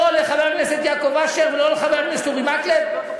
לא לחבר הכנסת יעקב אשר ולא לחבר הכנסת אורי מקלב,